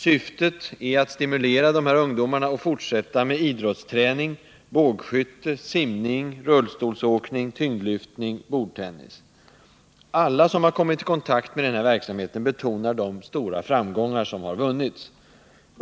Syftet med verksamheten är att stimulera de här ungdomarna att fortsätta med idrottsträning — bågskytte, simning, rullstolsåkning, tyngdlyftning och bordtennis. Alla som har kommit i kontakt med verksamheten betonar de stora framgångar som har vunnits.